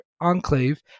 enclave